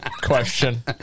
question